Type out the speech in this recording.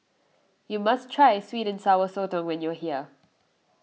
you must try Sweet and Sour Sotong when you are here